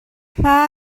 hma